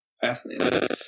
Fascinating